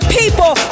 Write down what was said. people